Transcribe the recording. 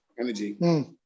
Energy